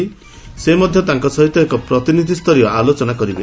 ସେ ମଧ୍ୟ ତାଙ୍କ ସହିତ ଏକ ପ୍ରତିନିଧିସ୍ତରୀୟ ଆଲୋଚନା କରିବେ